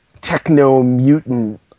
techno-mutant